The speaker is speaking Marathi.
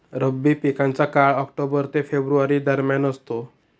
रब्बी पिकांचा काळ ऑक्टोबर ते फेब्रुवारी दरम्यान असतो